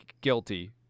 guilty